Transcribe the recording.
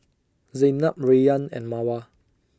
Zaynab Rayyan and Mawar